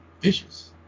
vicious